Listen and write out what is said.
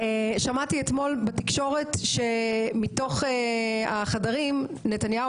שמעתי אתמול בתקשורת שמתוך החדרים נתניהו